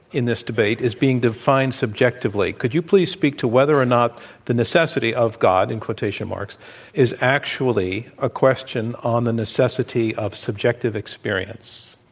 in this debate, is being defined subjectively, could you please speak to whether or not the necessity of god in quotation marks is actually a question on the necessity of subjective experience?